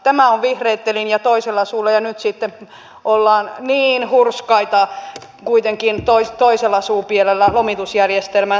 tämä on vihreitten linja toisella suulla ja nyt sitten ollaan niin hurskaita kuitenkin toisella suupielellä lomitusjärjestelmän säilyttämiseksi